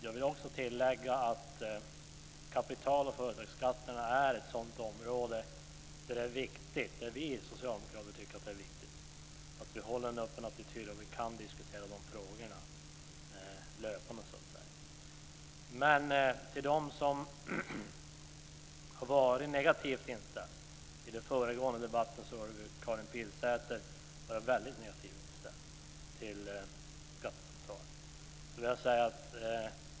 Jag vill också tillägga att kapital och företagsskatterna är ett sådant område där vi socialdemokrater tycker att det är viktigt att vi håller öppen attityd och kan diskutera de frågorna löpande. Jag vill rikta mig till dem som har varit negativt inställda. I den föregående debatten var Karin Pilsäter väldigt negativt inställd till skattesamtalen.